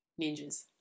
ninjas